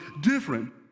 different